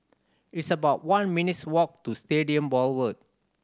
it's about one minutes' walk to Stadium Boulevard